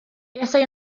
fuasai